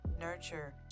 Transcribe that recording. nurture